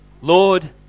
Lord